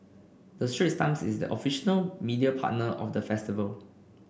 the Straits Times is the official media partner of the festival